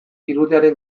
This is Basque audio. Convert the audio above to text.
irudiaren